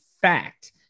fact